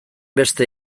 beste